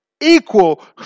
equal